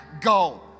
go